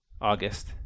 August